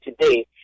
today